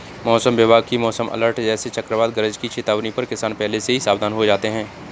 मौसम विभाग की मौसम अलर्ट जैसे चक्रवात गरज की चेतावनी पर किसान पहले से ही सावधान हो जाते हैं